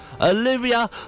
Olivia